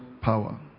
power